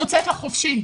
היא יוצאת לחופשי.